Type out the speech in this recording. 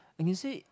I can say